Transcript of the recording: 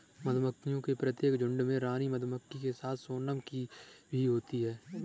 मधुमक्खियों के प्रत्येक झुंड में रानी मक्खी के साथ सोनम की भी होते हैं